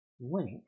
link